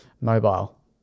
mobile